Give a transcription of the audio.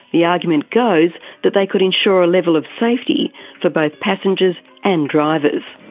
the argument goes that they could ensure a level of safety for both passengers and drivers.